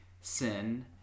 Sin